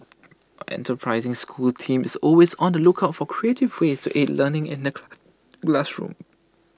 our enterprising schools team is always on the lookout for creative ways to aid learning in the classroom